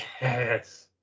Yes